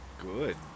Good